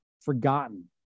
forgotten